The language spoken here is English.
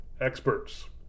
experts